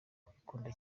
kwikunda